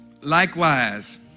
likewise